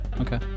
Okay